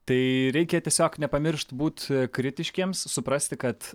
tai reikia tiesiog nepamiršt būt kritiškiems suprasti kad